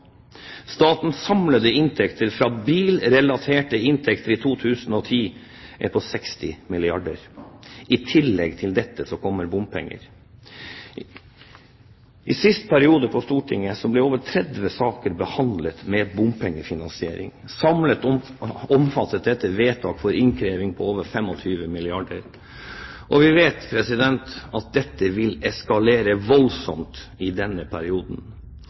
Statens samlede bilrelaterte inntekter i 2010 er på 60 milliarder kr. I tillegg til dette kommer bompenger. I siste periode på Stortinget ble over 30 saker om bompengefinansiering behandlet. Samlet omfattet dette vedtak for innkreving av over 25 milliarder kr. Vi vet at dette vil eskalere voldsomt i denne perioden.